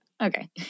okay